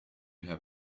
have